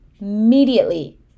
immediately